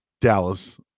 Dallas